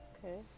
Okay